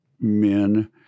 men